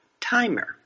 Timer